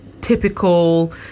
typical